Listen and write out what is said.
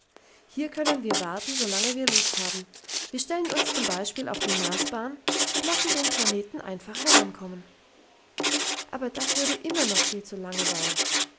hier können wir warten so lange wir lust haben wir stellen uns zum beispiel auf die marsbahn und lassen den planeten einfach herankommen aber das würde immer noch viel zu lange dauern